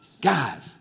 Guys